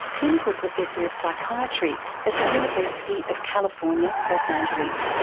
clinical professor of psychiatry at the university of california, los angeles,